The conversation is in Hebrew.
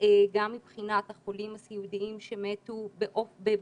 גם מבחינת החולים הסיעודיים שמתו בבדידות,